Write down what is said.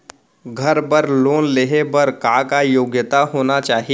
घर बर लोन लेहे बर का का योग्यता होना चाही?